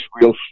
real